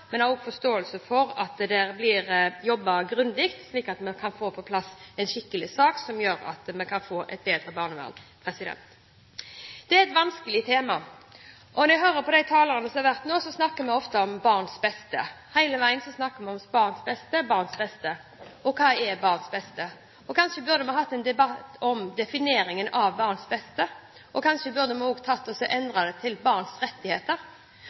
det blir jobbet grundig, slik at vi kan få på plass en skikkelig sak som gjør at vi kan få et bedre barnevern. Det er et vanskelig tema, og når jeg hører på de talerne som har vært til nå, snakker de om «barns beste». Hele veien snakker man om barns beste, barns beste. Hva er barns beste? Kanskje burde vi hatt en debatt om definisjonen av «barns beste»? Kanskje vi også burde endret det til «barns rettigheter»,